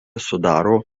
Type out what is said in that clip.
sudaro